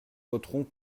voterons